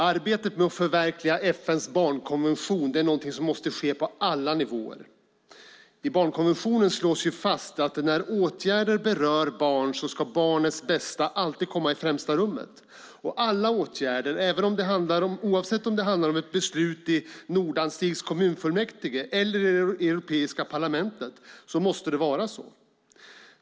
Fru talman! Arbetet med att förverkliga FN:s barnkonvention är något som måste ske på alla nivåer. I barnkonventionen slås fast att när åtgärder berör barn ska barnets bästa alltid komma i främsta rummet. Och vid alla åtgärder, oavsett om det handlar om ett beslut i Nordanstigs kommunfullmäktige eller i Europeiska parlamentet, måste det vara så.